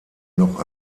noch